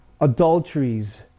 adulteries